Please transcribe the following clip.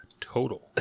total